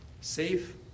Safe